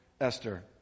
Esther